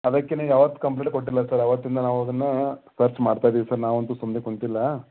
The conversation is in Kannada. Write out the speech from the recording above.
ಅದಕ್ಕೆ ನೀವು ಯಾವತ್ತು ಕಂಪ್ಲೇಂಟ್ ಕೊಟ್ಟಿಲ್ಲ ಸರ್ ಅವತ್ತಿಂದ ನಾವು ಅದನ್ನ ಸರ್ಚ್ ಮಾಡ್ತಾಯಿದ್ದೀವಿ ಸರ್ ನಾವಂತು ಸುಮ್ನೆ ಕುಂತಿಲ್ಲ